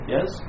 Yes